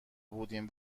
بودیم